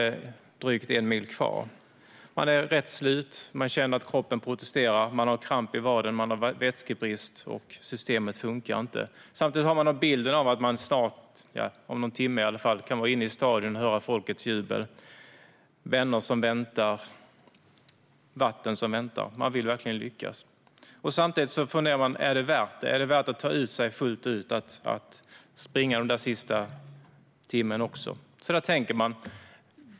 Man vill så gärna lyckas. Man är rätt slut, man känner att kroppen protesterar, man har kramp i vaden, man har vätskebrist och systemet funkar inte. Samtidigt har man bilden av att man snart, eller om någon timme i alla fall, kan vara inne i Stadion och höra folkets jubel. Där finns vänner som väntar och vatten att dricka. Man vill verkligen lyckas. Samtidigt funderar man på om det är värt det. Är det värt att ta ut sig fullt ut och springa den där sista timmen också? Så där tänker man.